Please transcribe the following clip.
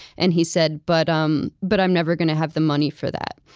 and he said, but i'm but i'm never going to have the money for that.